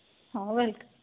ହଁ ୱେଲକମ୍